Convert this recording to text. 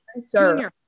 Sir